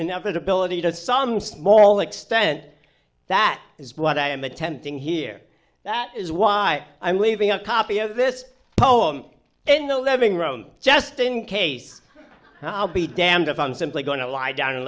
inevitability does some small extent that is what i am attempting here that is why i'm waving a copy of this poem in the living room just in case i'll be damned if i'm simply going to lie down and